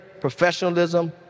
professionalism